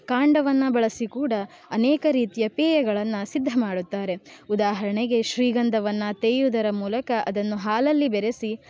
ಕಾಂಡವನ್ನು ಬಳಸಿ ಕೂಡ ಅನೇಕ ರೀತಿಯ ಪೇಯಗಳನ್ನು ಸಿದ್ಧ ಮಾಡುತ್ತಾರೆ ಉದಾಹರಣೆಗೆ ಶ್ರೀಗಂಧವನ್ನು ತೇಯುವುದರ ಮೂಲಕ ಅದನ್ನು ಹಾಲಲ್ಲಿ ಬೆರೆಸಿ